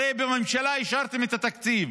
הרי בממשלה אישרתם את התקציב.